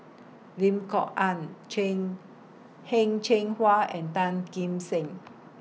Lim Kok Ann Cheng Heng Cheng Hwa and Tan Kim Seng